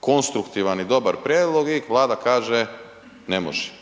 konstruktivan i dobar prijedlog i Vlada kaže ne može.